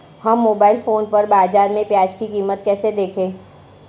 हम mobile phone पर बाज़ार में प्याज़ की कीमत कैसे देखें?